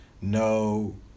no